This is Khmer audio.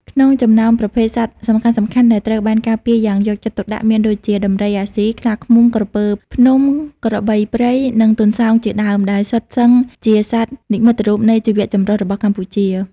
ក្នុងចំណោមប្រភេទសត្វសំខាន់ៗដែលត្រូវបានការពារយ៉ាងយកចិត្តទុកដាក់ មានដូចជា ដំរីអាស៊ី ខ្លាឃ្មុំ ក្រពើភ្នំ ក្របីព្រៃ និងទន្សោងជាដើម ដែលសុទ្ធសឹងជាសត្វនិមិត្តរូបនៃជីវៈចម្រុះរបស់កម្ពុជា។